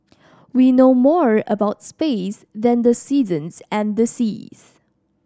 we know more about space than the seasons and the seas